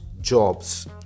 jobs